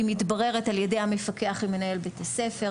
היא מתבררת על ידי המפקח ומנהל בית הספר.